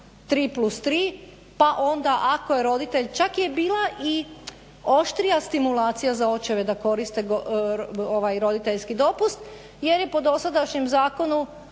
dopust 3+3 pa onda ako je roditelj čak je i bila oštrija stimulacija za očeve da koriste roditeljski dopust jer je po dosadašnjem zakonu